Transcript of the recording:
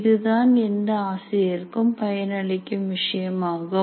இதுதான் எந்த ஆசிரியருக்கும் பயன் அளிக்கும் விஷயமாகும்